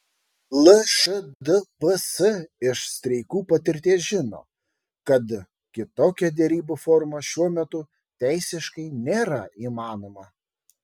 lšdps iš streikų patirties žino kad kitokia derybų forma šiuo metu teisiškai nėra įmanoma